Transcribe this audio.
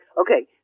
okay